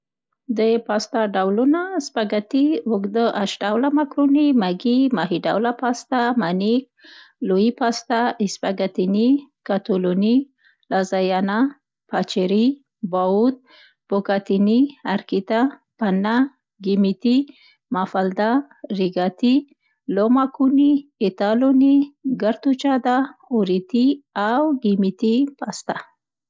د پاستا ډولونه: سپګتي، اوږده اش ډوله مکروني، مګي، ماهي ډوله پاستا، مانیک، لولی پاستا، اسپګتني، کاتلوني، لازاینا، پاچري، باوت، بوکاتني، ارکیته، پنه، ګمیتي، مافلدا، ریګاتي، لوما کوني، ایتالوني، ګرتوچادا، اوریتي او ګمیتي پاستا.